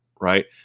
Right